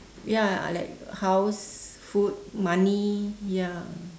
ya like house food money ya